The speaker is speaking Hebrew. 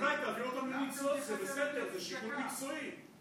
אולי תעביר אותם, זה בסדר, זה שיקול מקצועי,